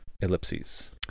Ellipses